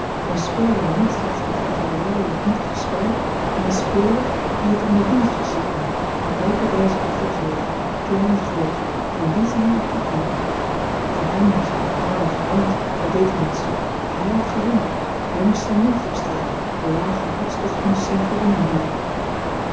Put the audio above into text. een speler niet slechts uit liefhebberij in het nietige spel maar een speler wien het om winst was te doen op welke wijze ook verkregen klein of groot van wien ze hem ook toekwam voor hem was ik een arme verwant het deed er niets toe hij had gewonnen hij moest zijne winst opstrijken de lage hartstocht moest zijne voldoening hebben